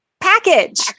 package